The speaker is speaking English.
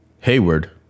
Hayward